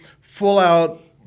full-out